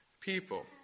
people